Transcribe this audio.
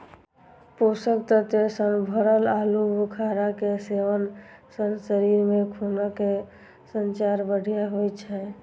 पोषक तत्व सं भरल आलू बुखारा के सेवन सं शरीर मे खूनक संचार बढ़िया होइ छै